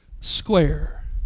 square